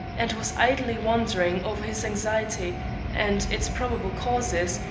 and was idly wondering over his anxiety and its probable causes,